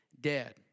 dead